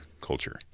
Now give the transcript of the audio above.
culture